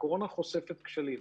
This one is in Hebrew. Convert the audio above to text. הקורונה חושפת כשלים.